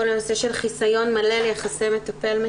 כל הנושא של חסיון מלא ביחס מטפל-מטופל,